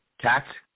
tax